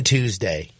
Tuesday